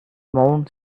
mount